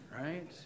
right